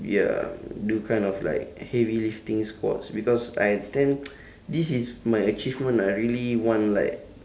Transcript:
ya do kind of like heavy lifting squats because I tend this is my achievement ah I really want like